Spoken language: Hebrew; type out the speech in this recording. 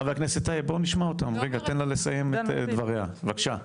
חבר הכנסת אילוז תן לה לסיים את דבריה בבקשה.